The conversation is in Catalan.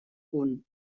punt